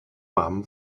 mam